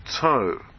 toe